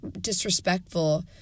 disrespectful